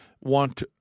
want